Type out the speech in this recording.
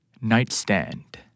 Nightstand